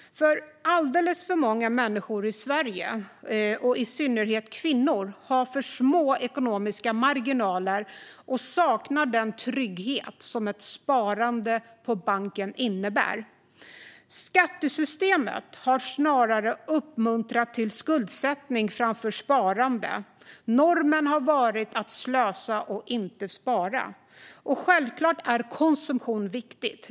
Alldeles för många människor i Sverige, i synnerhet kvinnor, har för små ekonomiska marginaler och saknar den trygghet som ett sparande på banken innebär. Skattesystemet har snarare uppmuntrat till skuldsättning framför sparande. Normen har varit att slösa och inte spara. Självklart är det viktigt med konsumtion.